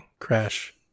Crash